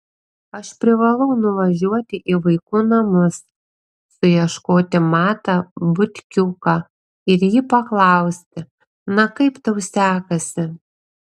aš privalau nuvažiuoti į vaikų namus suieškoti matą butkiuką ir jį paklausti na kaip tau sekasi